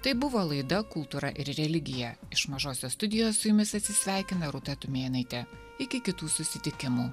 tai buvo laida kultūra ir religija iš mažosios studijos su jumis atsisveikina rūta tumėnaitė iki kitų susitikimų